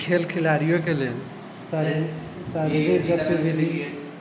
खेल खेलाड़ियोके लेल शारिरिक गतविधि